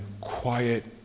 quiet